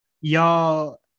Y'all